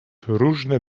różne